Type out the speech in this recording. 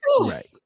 right